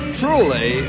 truly